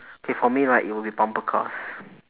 okay for me right it will be bumper cars